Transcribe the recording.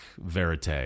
verite